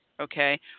okay